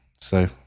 So-